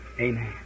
Amen